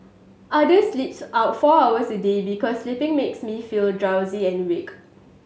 other sleeps our four hours a day because sleeping makes me feel drowsy and weak